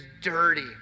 dirty